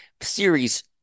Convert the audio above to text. series